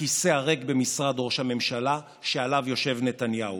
הכיסא הריק במשרד ראש הממשלה שעליו יושב נתניהו,